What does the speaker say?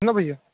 है ना भैया